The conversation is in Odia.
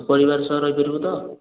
ପରିବାର ସହ ରହିପାରିବୁ ତ